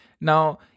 Now